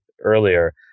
earlier